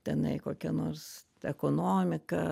tenai kokią nors ekonomiką